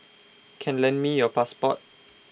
can lend me your passport